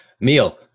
meal